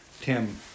Tim